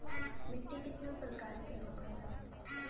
मिट्टी कितना प्रकार के होखेला?